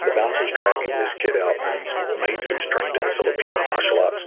the bouncer is dragging this kid out, and his mate who is trained in the filipino martial arts